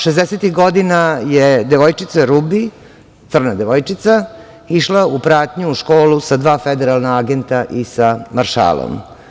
Šezdesetih godina je devojčica Rubi, crna devojčica, išla u pratnju u školu sa federalna agenta i sa maršalom.